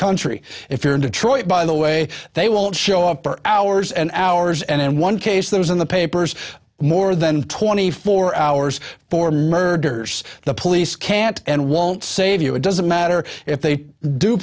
country if you're in detroit by the way they won't show up for hours and hours and in one case there was in the papers more than twenty four hours for murders the police can't and won't save you it doesn't matter if they d